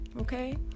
Okay